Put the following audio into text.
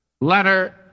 letter